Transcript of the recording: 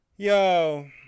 Yo